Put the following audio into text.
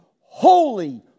holy